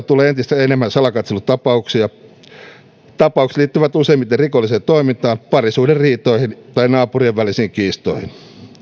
tulee entistä enemmän salakatselutapauksia tapaukset liittyvät useimmiten rikolliseen toimintaan parisuhderiitoihin tai naapurien välisiin kiistoihin